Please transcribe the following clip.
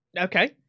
Okay